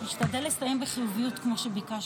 אשתדל לסיים בחיוביות כמו שביקשת.